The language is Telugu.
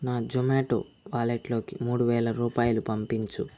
నా జొమాటో వాలెట్లోకి మూడువేల రూపాయలు పంపించు